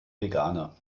veganer